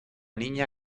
niña